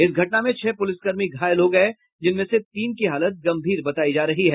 इस घटना में छह प्रलिसकर्मी घायल हो गये जिसमें से तीन की हालत गंभीर बतायी जाती है